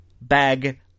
bag